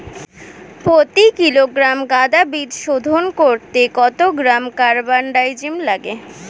প্রতি কিলোগ্রাম গাঁদা বীজ শোধন করতে কত গ্রাম কারবানডাজিম লাগে?